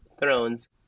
Thrones